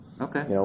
Okay